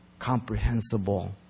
comprehensible